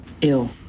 ill